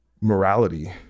morality